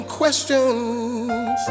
questions